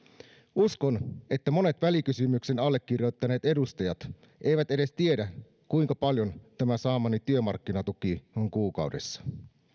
uskon että monet välikysymyksen allekirjoittaneet edustajat eivät edes tiedä kuinka paljon tämä saamani työmarkkinatuki on kuukaudessa